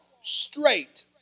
straight